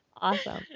Awesome